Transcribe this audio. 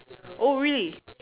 oh really